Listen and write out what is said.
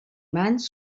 mans